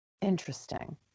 Interesting